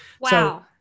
Wow